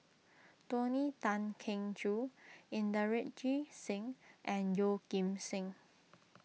Tony Tan Keng Joo Inderjit Singh and Yeoh Ghim Seng